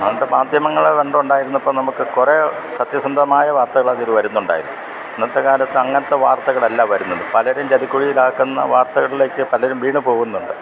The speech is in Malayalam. അങ്ങനത്തെ മാധ്യമങ്ങൾ പണ്ട് ഉണ്ടായിരുന്നപ്പം നമുക്ക് കുറെ സത്യസന്ധമായ വാർത്തകളതിൽ വരുന്നുണ്ടായിരുന്നു ഇന്നത്തെ കാലത്ത് അങ്ങനത്തെ വാർത്തകൾ അല്ല വരുന്നത് പലരേം ചതിക്കുഴീൽ ആക്കുന്ന വാർത്തകൾലേക്ക് പലരും വീണ് പോവുന്നുണ്ട്